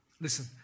Listen